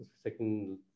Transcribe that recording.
second